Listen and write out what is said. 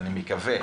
אני מקווה